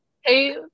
hey